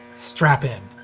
strap in.